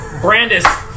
Brandis